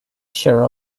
sure